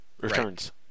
Returns